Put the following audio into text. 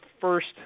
first